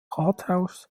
rathaus